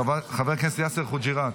חבר הכנסת יאסר חוג'יראת,